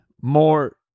more